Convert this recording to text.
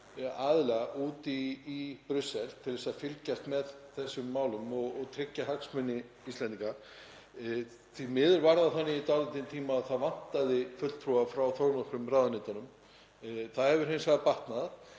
aðila úti í Brussel til að fylgjast með þessum málum og tryggja hagsmuni Íslendinga. Því miður var það þannig í dálítinn tíma að það vantaði fulltrúa frá þónokkrum ráðuneytum. Það hefur hins vegar batnað.